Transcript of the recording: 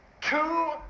two